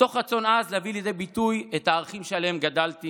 מתוך רצון עז להביא לידי ביטוי את הערכים שעליהם גדלתי